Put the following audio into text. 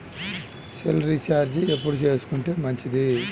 Cell recharge ఎప్పుడు చేసుకొంటే మంచిది?